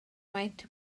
maent